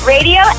Radio